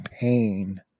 pain